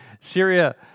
Syria